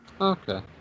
Okay